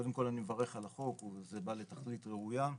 קודם כל אני מברך על החוק, זה בא לתכלית ראויה.